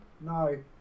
No